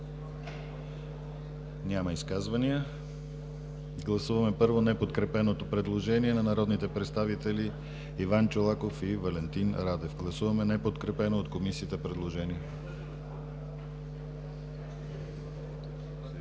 Няма. Гласуваме, първо, неподкрепеното предложение на народните представители Иван Чолаков и Валентин Радев. Гласуваме неподкрепено от Комисията предложение.